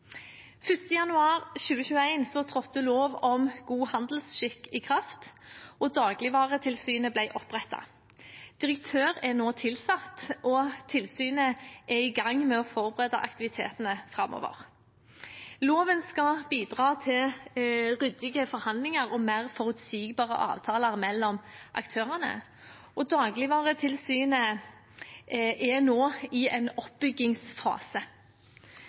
trådte lov om god handelsskikk i dagligvarekjeden i kraft, og Dagligvaretilsynet ble opprettet. Direktør er nå tilsatt, og tilsynet er i gang med å forberede aktivitetene framover. Loven skal bidra til ryddige forhandlinger og mer forutsigbare avtaler mellom aktørene. Dagligvaretilsynet er nå i en oppbyggingsfase.